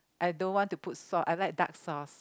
I don't want to put salt I like dark sauce